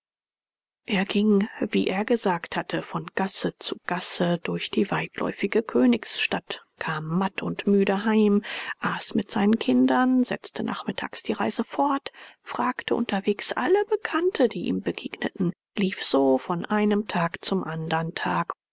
er ging wie er gesagt hatte von gasse zu gasse durch die weitläufige königsstadt kam matt und müde heim aß mit seinen kindern setzte nachmittags die reise fort fragte unterwegs alle bekannte die ihm begegneten lief so von einem tag zum andern tag